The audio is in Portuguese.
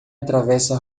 atravessa